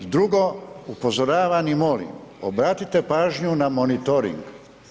Drugo, upozoravani molim, obratite pažnju na monitoring.